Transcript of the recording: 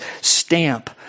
stamp